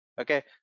okay